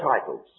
titles